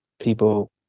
people